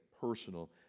personal